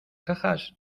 cajas